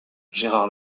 gérard